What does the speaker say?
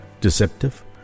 deceptive